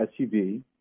SUV